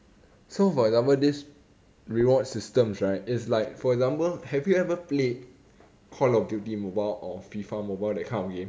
so for example this reward systems right is like for example have you ever played call of duty mobile or FIFA mobile that kind of game